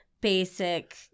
basic